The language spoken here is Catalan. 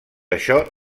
això